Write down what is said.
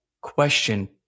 question